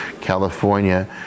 California